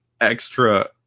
extra